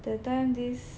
that time this